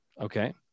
Okay